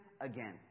again